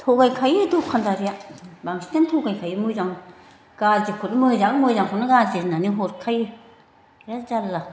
थगायखायो दखानदारिया बांसिनानो थगायखायो गाज्रिखौनो मोजां मोजांखौनो गाज्रि होननानै हरखायो बिराद जाल्ला